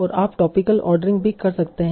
और आप topical ordering भी कर सकते हैं